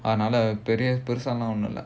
அதனால பெருசாலாம் இல்ல:adhanaala perusaalaam illa